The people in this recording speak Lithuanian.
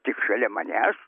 tik šalia manęs